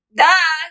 duh